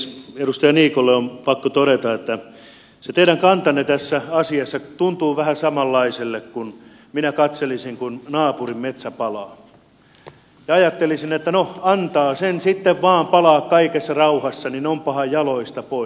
edustaja niikolle on pakko todeta että se teidän kantanne tässä asiassa tuntuu vähän samanlaiselta kuin minä katselisin kun naapurin metsä palaa ja ajattelisin että no antaa sen sitten vain palaa kaikessa rauhassa niin onpahan jaloista pois